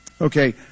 Okay